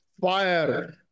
fire